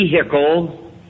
vehicle